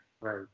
Right